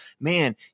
man